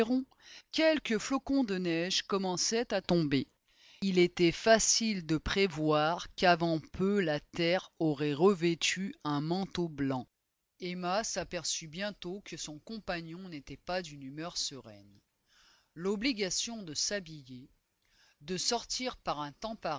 quelques flocons de neige commençaient à tomber il était facile de prévoir qu'avant peu la terre aurait revêtu un manteau blanc emma s'aperçut bientôt que son compagnon n'était pas d'une humeur sereine l'obligation de s'habiller de sortir par un temps